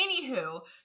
anywho